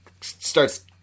starts